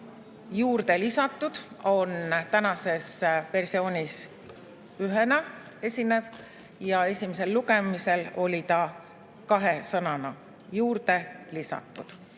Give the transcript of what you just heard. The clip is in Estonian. "juurdelisatud" on tänases versioonis ühe sõnana, esimesel lugemisel oli see kahe sõnana: "juurde lisatud".